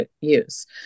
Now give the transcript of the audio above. use